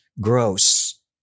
gross